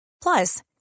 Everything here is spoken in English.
Plus